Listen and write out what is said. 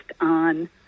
on